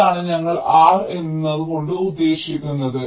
ഇതാണ് ഞങ്ങൾ R⧠ എന്നതുകൊണ്ട് ഉദ്ദേശിക്കുന്നത്